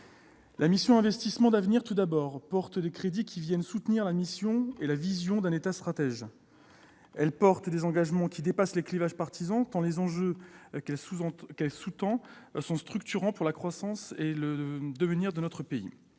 La mission « Investissements d'avenir » contient des crédits qui viennent soutenir la vision d'un État stratège. Elle porte des engagements qui dépassent les clivages partisans, tant les enjeux qu'elle sous-tend sont structurants pour la croissance à venir de notre pays.